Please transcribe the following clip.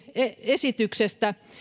esityksestä